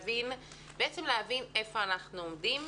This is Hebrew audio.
בעצם להבין איפה אנחנו עומדים.